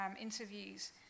interviews